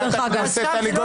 חבר הכנסת שירי.